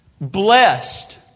Blessed